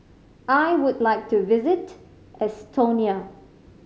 I would like to visit Estonia